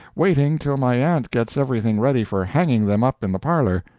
waiting till my aunt gets everything ready for hanging them up in the parlor.